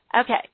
Okay